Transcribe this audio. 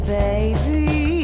baby